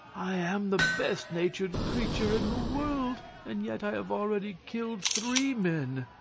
i am the best-natured creature in the world, and yet i have already killed three men,